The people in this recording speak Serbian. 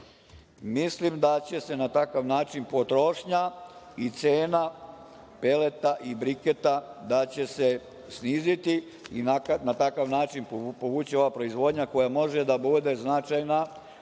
Mislim da će se na takav način potrošnja i cena peleta i briketa sniziti i na taj način povući proizvodnja koja može da bude značajna